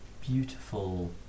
beautiful